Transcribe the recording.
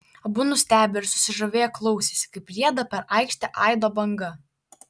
abu nustebę ir susižavėję klausėsi kaip rieda per aikštę aido banga